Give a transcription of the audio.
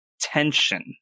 tension